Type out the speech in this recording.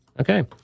Okay